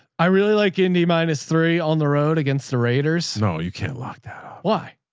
i really like indie minus three on the road against the raiders. no, you can't lock that. why?